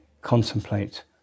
contemplate